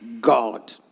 God